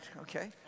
Okay